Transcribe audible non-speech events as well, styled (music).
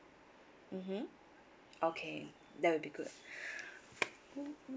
mmhmm okay that will be good (breath) (noise)